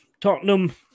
Tottenham